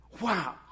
Wow